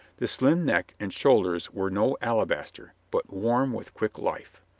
the slim neck and shoul ders were no alabaster, but warm with quick life.